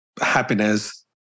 happiness